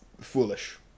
foolish